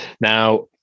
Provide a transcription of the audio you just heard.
Now